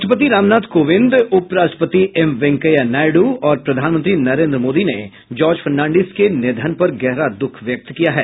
राष्ट्रपति रामनाथ कोविन्द उप राष्ट्रपति एम वेंकैया नायडू और प्रधानमंत्री नरेन्द्र मोदी ने जार्ज फर्नांडिस के निधन पर गहरा दुख व्यक्त किया है